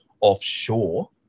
offshore